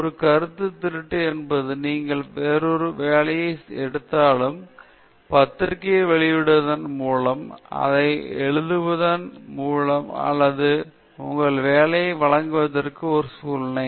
ஒரு கருத்துத் திருட்டு என்பது நீங்கள் வேறொரு வேலையை எடுத்தாலும் பத்திரிகைகளில் வெளியிடுவதன் மூலம் அதை எழுதுவதன் மூலம் அல்லது உங்கள் வேலையை வழங்குவதற்கும் ஒரு சூழ்நிலை